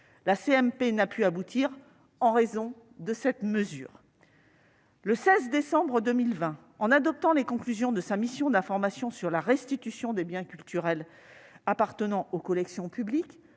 La CMP n'a pu aboutir en raison de cette mesure. Le 16 décembre 2020, en adoptant les conclusions de sa mission d'information sur la restitution des biens culturels appartenant aux collections publiques,